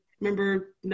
remember